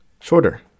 shorter